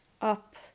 up